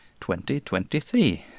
2023